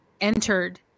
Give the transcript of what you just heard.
entered